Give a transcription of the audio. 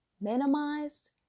minimized